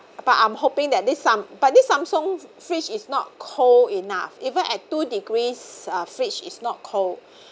but I'm hoping that this sam~ but this samsung fridge is not cold enough even at two degrees uh fridge is not cold